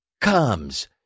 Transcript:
comes